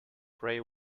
pray